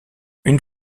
une